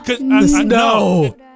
No